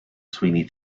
sweeney